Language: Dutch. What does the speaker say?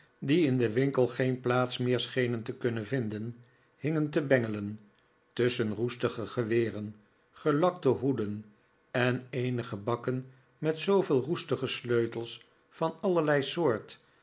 die in den winkel geen plaats meer schenen te kunnen vinden hingen te bengelen tusschen roestige geweren gelakte hoeden en eenige bakken met zooveel roestige sleutels van allerlei soort